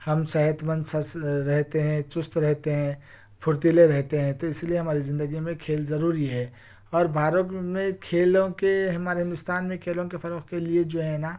ہم صحت مند سر سے رہتے ہیں چست رہتے ہیں پھرتیلے رہتے ہیں تو اس لئے ہماری زندگی میں کھیل ضروری ہے اور بھارت میں کھیلوں کے ہمارے ہندوستان میں کھیلوں کے فرٰوغ کے لئے جو ہے نا